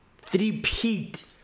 Three-peat